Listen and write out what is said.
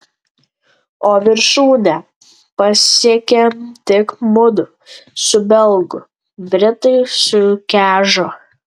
o viršūnę pasiekėm tik mudu su belgu britai sukežo